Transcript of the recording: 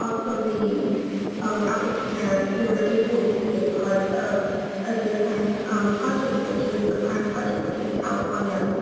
also, the outreach grant, we were able to be a part of a different um project which is the prime project which is the california